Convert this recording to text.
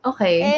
Okay